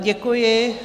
Děkuji.